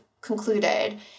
concluded